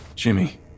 Jimmy